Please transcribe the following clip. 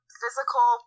physical